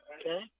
Okay